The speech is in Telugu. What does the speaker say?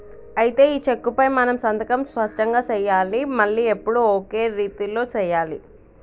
అయితే ఈ చెక్కుపై మనం సంతకం స్పష్టంగా సెయ్యాలి మళ్లీ ఎప్పుడు ఒకే రీతిలో సెయ్యాలి